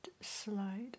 slide